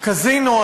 קזינו,